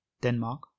Denmark